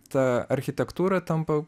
ta architektūra tampa